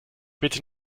bitte